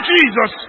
Jesus